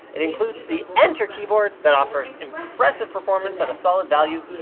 it includes the entr keyboard that offers impressive performance at a solid value.